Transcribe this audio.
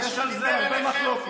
יש על זה הרבה מחלוקת.